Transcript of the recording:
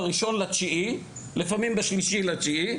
קהילתיות; עם אווירה של קהילה תומכת בבית הספר,